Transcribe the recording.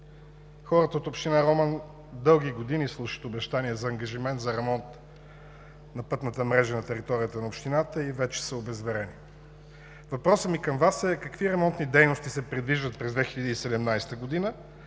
Хората от община Роман дълги години слушат обещания за ангажимент за ремонт на пътната мрежа на територията на общината и вече са обезверени. Въпросът ми към Вас е – какви ремонтни дейности се предвиждат през 2017 г. за